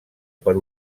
per